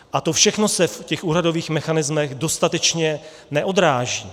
A to všechno se v těch úhradových mechanismech dostatečně neodráží.